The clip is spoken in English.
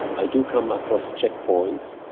i do come across checkpoints.